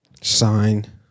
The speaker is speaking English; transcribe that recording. Sign